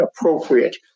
appropriate